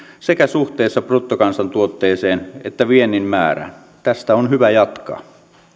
sekä suhteessa bruttokansantuotteeseen että viennin määrään tästä on hyvä jatkaa